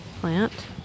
plant